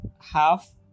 half